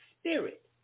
Spirit